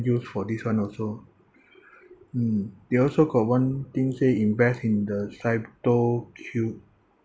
news for this [one] also mm they also got one thing say invest in the cryptocu~